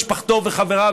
משפחתו וחבריו,